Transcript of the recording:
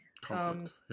Conflict